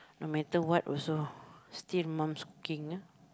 no matter what also still mum's cooking